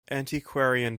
antiquarian